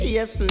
Yes